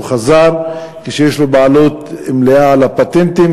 הוא חזר עם בעלות מלאה על הפטנטים,